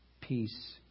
peace